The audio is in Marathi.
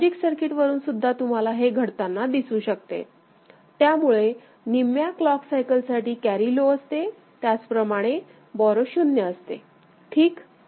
लॉजिक सर्किट वरून सुद्धा तुम्हाला हे घडताना दिसू शकते त्यामुळे निम्म्या क्लॉक सायकल साठी कॅरी लो असते आणि त्याच प्रमाणे बोरो शून्य असते ठीक